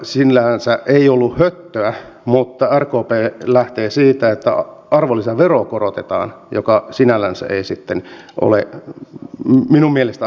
rkpllä sinällänsä ei ollut höttöä mutta rkp lähtee siitä että arvonlisäveroa korotetaan mikä sinällänsä ei sitten ole minun mielestäni ainakaan järkevää